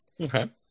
okay